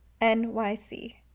N-Y-C